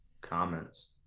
comments